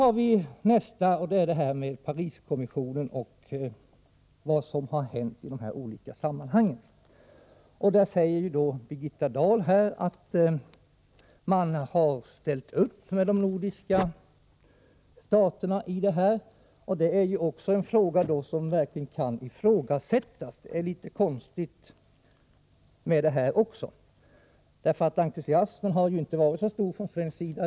45 Nästa sak gäller Pariskommissionen och vad som har hänt i dessa olika sammanhang. Birgitta Dahl säger att de nordiska staterna har ställt upp. Men detta kan ifrågasättas. Entusiasmen har inte varit så stor från svensk sida.